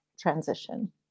transition